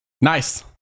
Nice